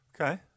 Okay